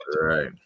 Right